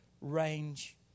range